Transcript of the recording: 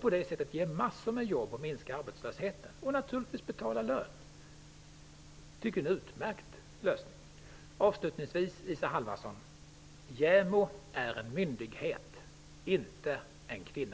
På det sättet ger de massor av jobb och minskar arbetslösheten. Naturligtvis betalar de lön. Jag tycker att det är en utmärkt lösning. Avslutningsvis: JämO är en myndighet, inte en kvinna.